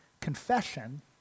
confession